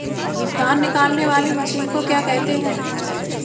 धान निकालने वाली मशीन को क्या कहते हैं?